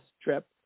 trip